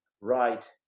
right